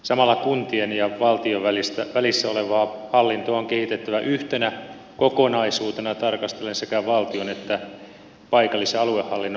samalla kuntien ja valtion välissä olevaa hallintoa on kehitettävä yhtenä kokonaisuutena tarkastellen sekä valtion että paikallis ja aluehallinnon rooleja